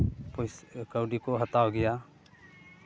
ᱯᱚᱭᱥᱟ ᱠᱟᱹᱣᱰᱤ ᱠᱚ ᱦᱟᱛᱟᱣ ᱜᱮᱭᱟ